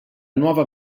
nuova